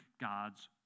God's